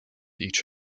each